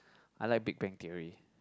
I like big bang theory